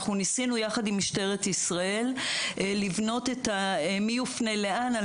ניסינו ביחד עם משטרת ישראל לבנות מי יופנה לאן,